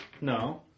No